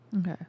Okay